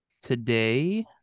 Today